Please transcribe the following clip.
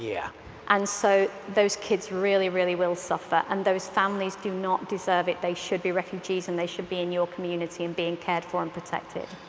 yeah so those kids really really will suffer and those families do not deserve it. they should be refugees and they should be in your community and being cared for and protected.